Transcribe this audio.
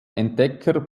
entdecker